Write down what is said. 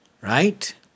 right